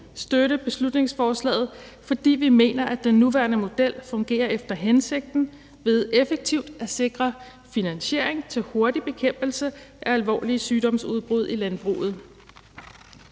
støtte beslutningsforslaget, fordi vi mener, at den nuværende model fungerer efter hensigten ved effektivt at sikre finansiering til hurtig bekæmpelse af alvorlige sygdomsudbrud i landbruget.